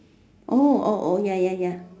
oh oh oh ya ya ya